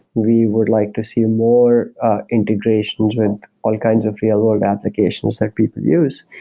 we would like to see more integrations with all kinds of real-world applications that people use.